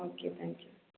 okay thank you